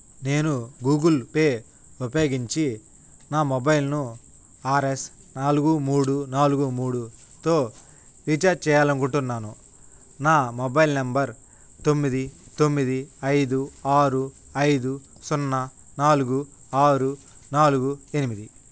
నేను Google Pay ఉపయోగించి నా మొబైల్ను ఆర్ఎస్ నాలుగు మూడు నాలుగు మూడుతో రీఛార్జ్ చెయ్యలనుకుంటున్నాను నా మొబైల్ నంబర్ తొమ్మిది తొమ్మిది ఐదు ఆరు ఐదు సున్నా నాలుగు ఆరు నాలుగు ఎనిమిది